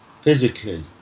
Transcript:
physically